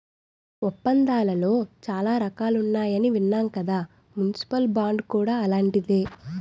ఒప్పందాలలో చాలా రకాలున్నాయని విన్నాం కదా మున్సిపల్ బాండ్ కూడా అలాంటిదే